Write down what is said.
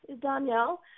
Danielle